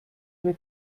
wir